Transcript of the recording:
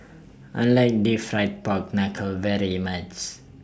I like Deep Fried Pork Knuckle very much